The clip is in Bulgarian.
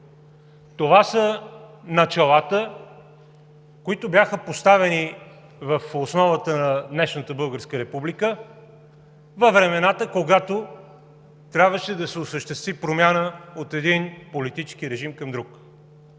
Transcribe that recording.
Това са началáта, които бяха поставени в основата на днешната българска република във времената, когато трябваше да се осъществи промяна от един политически режим към друг.